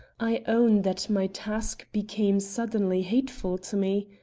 i own that my task became suddenly hateful to me.